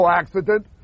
accident